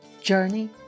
Journey